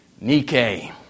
Nike